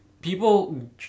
people